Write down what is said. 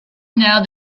now